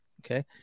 Okay